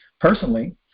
personally